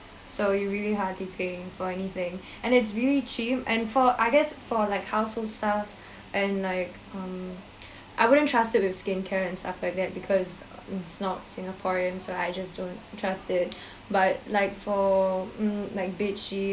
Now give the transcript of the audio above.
so you really hardly pay for anything and it's really cheap and for I guess for like household stuff and like um I wouldn't trust it with skincare and stuff like that because it's not singaporean so I just don't trust it but like for like um bedsheets